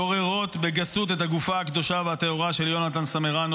גוררות בגסות את הגופה הקדושה והטהורה של יונתן סמרנו,